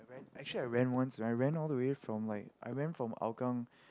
actually I ran once I ran all the way from like I ran from Hougang